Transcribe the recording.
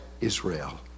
Israel